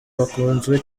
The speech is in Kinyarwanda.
bakunzwe